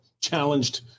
challenged